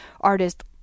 artist